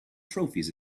trophies